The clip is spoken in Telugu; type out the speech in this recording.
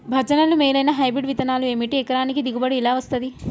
భజనలు మేలైనా హైబ్రిడ్ విత్తనాలు ఏమిటి? ఎకరానికి దిగుబడి ఎలా వస్తది?